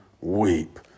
weep